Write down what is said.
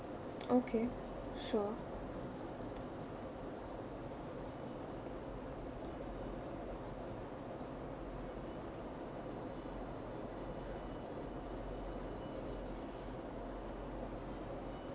okay sure